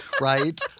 right